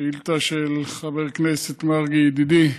הצעה של חבר הכנסת מרגי, ידידי,